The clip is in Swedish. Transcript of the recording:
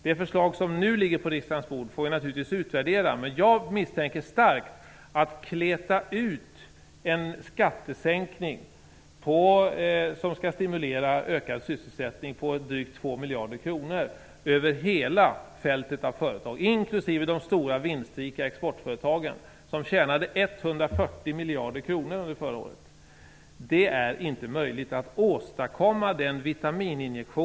Det förslag som nu ligger på riksdagens bord får vi naturligtvis utvärdera, men jag misstänker starkt att det inte är möjligt att åstadkomma den vitamininjektion som behövs genom att över hela fältet av företag, inklusive de stora, vinstrika exportföretagen, som tjänade 140 miljarder kronor under förra året, kleta ut en skattesänkning motsvarande 2 miljarder kronor som skall stimulera ökad sysselsättning.